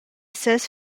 ses